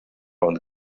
und